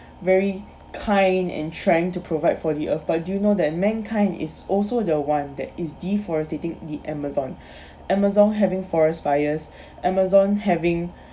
very kind and trying to provide for the earth but you know that mankind is also the one that is deforesting the amazon amazon having forest fires amazon having